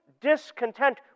discontent